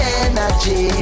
energy